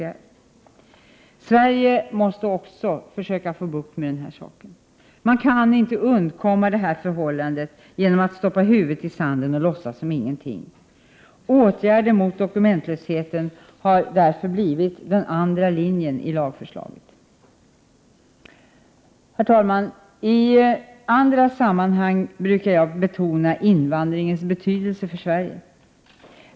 Också Sverige måste försöka få bukt med den här saken. Man kan inte undkomma detta förhållande genom att stoppa huvudet i sanden och låtsas som ingenting. Åtgärder mot dokumentlösheten har därför blivit den andra linjen i lagförslaget. -| Herr talman! I andra sammanhang brukar jag betona invandringens betydelse för Sverige.